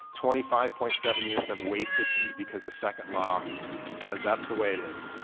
twenty five point seven units of wasted heat because the second law says that's the way it is.